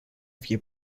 fie